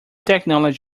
technology